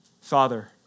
Father